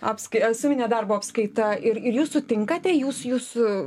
apskai a suminė darbo apskaita ir ir jūs sutinkate jūs jūsų